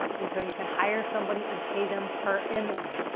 and so you can hire somebody and pay them per image,